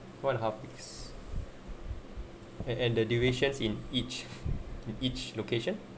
one and a half weeks and and the durations in each in each location